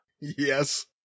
Yes